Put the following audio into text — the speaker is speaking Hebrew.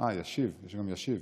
אה, ישיב, יש גם "ישיב".